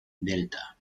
delta